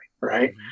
right